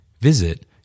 Visit